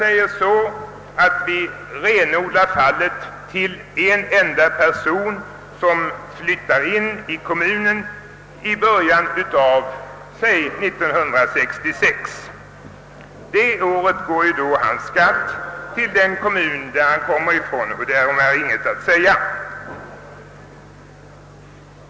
Vi kan renodla fallet till en enda person som flyttar in i kommunen i början av 1966. Det året går hans skatt till den kommun han kommer ifrån, och därom är inget att säga.